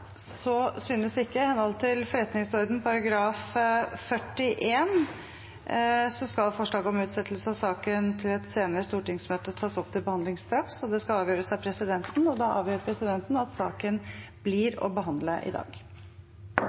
Så synes ikke. I henhold til forretningsordenens § 41 skal forslaget om utsettelse av saken til et senere stortingsmøte tas opp til behandling straks, og det skal avgjøres av presidenten. Da avgjør presidenten at saken blir å behandle i dag.